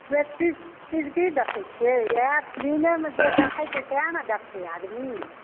से की देखैत छियै इएह फिलिमेमे जे देखैत छियै सहए ने देखतै आदमी